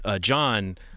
John